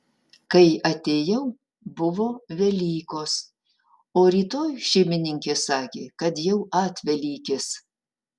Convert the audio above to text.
kai atėjau buvo velykos o rytoj šeimininkė sakė kad jau atvelykis